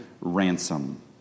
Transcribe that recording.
ransom